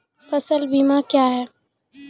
फसल बीमा क्या हैं?